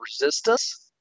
resistance